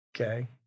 okay